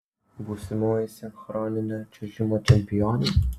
būsimoji sinchroninio čiuožimo čempionė